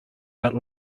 but